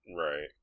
Right